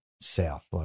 south